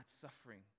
suffering